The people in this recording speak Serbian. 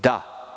Da.